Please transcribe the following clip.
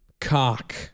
cock